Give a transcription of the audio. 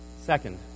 Second